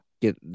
get